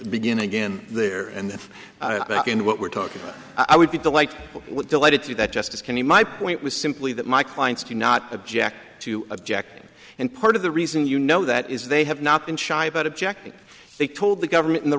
begin again there and that's what we're talking about i would be delighted with delighted to that justice can be my point was simply that my clients do not object to objecting and part of the reason you know that is they have not been shy about objecting they told the government in the